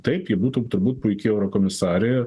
taip ji būtų turbūt puiki eurokomisarė